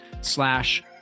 slash